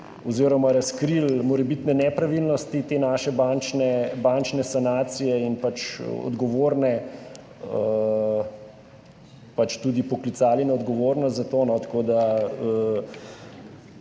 oziroma razkrili morebitne nepravilnosti te naše bančne sanacije in odgovorne tudi poklicali na odgovornost za to. Zakona